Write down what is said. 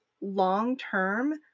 long-term